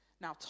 Now